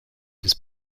des